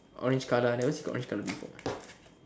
orange colour I never see orange colour before